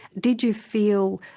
did you feel,